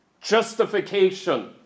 justification